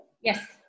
Yes